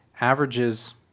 averages